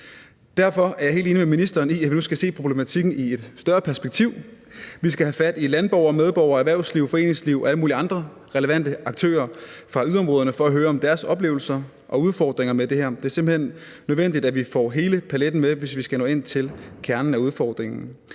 Derfor er jeg er helt enig med ministeren i, at vi nu skal se problematikken i et større perspektiv. Vi skal have fat i landborgere, medborgere, erhvervslivet, foreningslivet og alle mulige andre relevante aktører fra yderområderne for at høre om deres oplevelser og udfordringer med det her. Det er simpelt hen nødvendigt, at vi får hele paletten med, hvis vi skal nå ind til kernen af udfordringen.